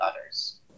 others